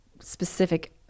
specific